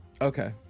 Okay